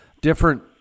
different